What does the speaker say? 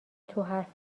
حرف